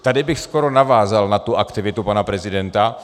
Tady bych skoro navázal na tu aktivitu pana prezidenta.